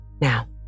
Now